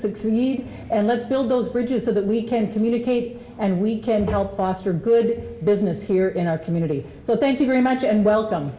need and let's build those bridges so that we can communicate and we can help foster good business here in our community so thank you very much and welcome